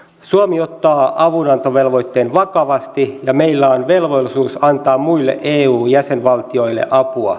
suomi ottaa avunantovelvoitteen vakavasti ja meillä on velvollisuus antaa muille eu jäsenvaltioille apua